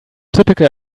typical